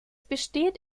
besteht